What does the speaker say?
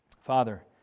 Father